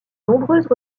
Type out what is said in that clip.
nombreuses